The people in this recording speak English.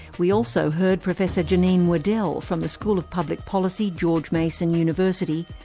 we also heard professor janine wedel from the school of public policy, george mason university,